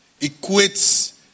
equates